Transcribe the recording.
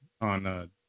on